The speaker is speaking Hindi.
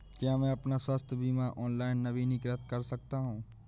क्या मैं अपना स्वास्थ्य बीमा ऑनलाइन नवीनीकृत कर सकता हूँ?